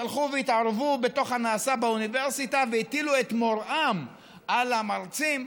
שהלכו והתערבו בתוך הנעשה באוניברסיטה והטילו את מוראן על המרצים,